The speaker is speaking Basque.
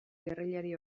gerrillari